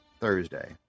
Thursday